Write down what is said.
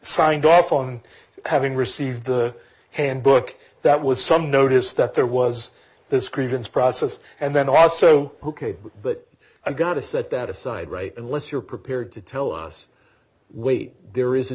signed off on having received the handbook that was some notice that there was this grievance process and then also who kate but i got to set that aside right unless you're prepared to tell us wait there is a